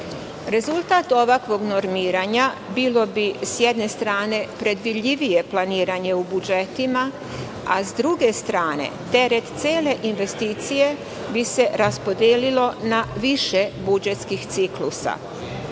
Rezultat ovakvog normiranja bio bi, sa jedne strane, predvidljivije planiranje u budžetima, a sa druge strane teret cele investicije bi se raspodelio na više budžetskih ciklusa. Smatram